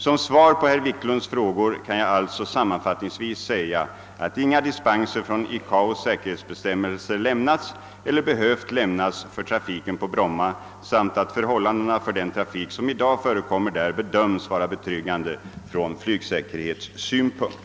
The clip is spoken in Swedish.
Som svar på herr Wiklunds frågor kan jag alltså sammanfattningsvis säga att inga dispenser från ICAO:s säkerhetsbestämmelser lämnats eller behövt lämnas för trafiken på Bromma samt att förhållandena för den trafik som i dag förekommer där bedöms vara betryggande från flygsäkerhetssynpunkt.